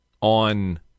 on